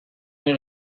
nahi